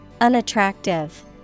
Unattractive